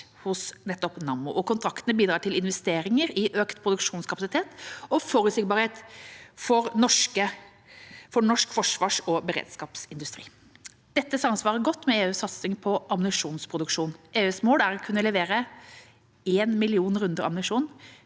Nammo, og kontraktene bidrar til investeringer i økt produksjonskapasitet og forutsigbarhet for norsk forsvars- og beredskapsindustri. Dette samsvarer godt med EUs satsing på ammunisjonsproduksjon. EUs mål er å kunne levere 1 million runder ammunisjon